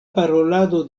parolado